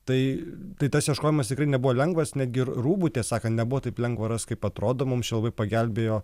tai tai tas ieškojimas tikrai nebuvo lengvas netgi ir rūbų tiesą sakant nebuvo taip lengva rast kaip atrodo mums čia labai pagelbėjo